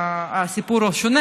שהסיפור הוא שונה,